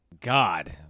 God